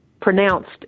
pronounced